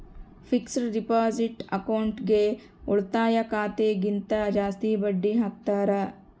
fixed deposit ಅಕೌಂಟ್ಗೆ ಉಳಿತಾಯ ಖಾತೆ ಗಿಂತ ಜಾಸ್ತಿ ಬಡ್ಡಿ ಹಾಕ್ತಾರ